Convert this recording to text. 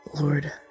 Lord